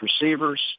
receivers